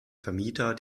vermieter